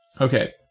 okay